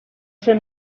ser